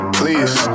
please